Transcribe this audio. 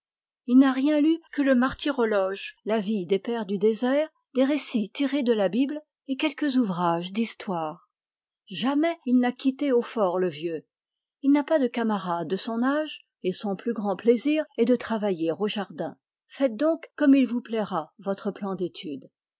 il n'a guère lu que le martyrologe la vie des pères du désert des récits tirés de la bible et quelques ouvrages d'histoire jamais il n'a quitté hautfortle vieux il n'a pas de camarades de son âge et son plus grand plaisir est de travailler au jardin faites donc comme il vous plaira votre plan d'études